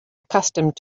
accustomed